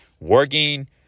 working